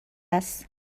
است